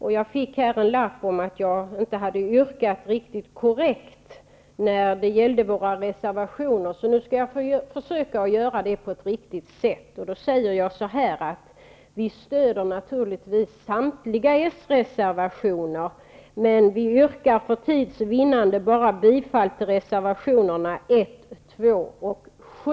Jag fick här veta att jag inte hade yrkat korrekt när det gällde våra reservationer, och jag skall nu försöka göra det på ett riktigt sätt. Vi stöder naturligtvis samtliga s-reservationer, men för tids vinnande yrkar vi bifall bara till reservationerna 1, 2 och 7.